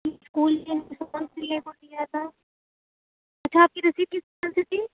school uniform سلنے کو دیا تھا اچھا آپ کی رسید کس نام سے تھی